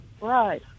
Right